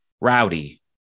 rowdy